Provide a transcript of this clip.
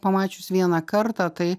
pamačius vieną kartą tai